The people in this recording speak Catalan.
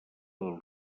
dels